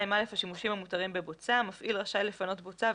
"א2.השימושים המותרים בבוצה מפעיל רשאי לפנות בוצה,